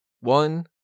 one